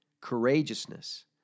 courageousness